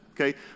Okay